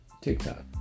TikTok